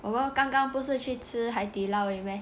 我们刚刚不是去吃 Hai Di Lao 而已 meh